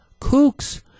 kooks